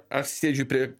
aš sėdžiu prie